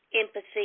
empathy